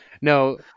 no